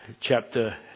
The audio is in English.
chapter